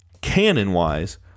canon-wise